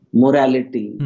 morality